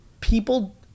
people